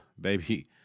baby